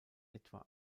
etwa